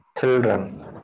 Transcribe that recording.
Children